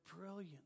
brilliant